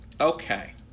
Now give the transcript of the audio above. Okay